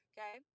Okay